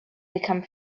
become